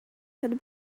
had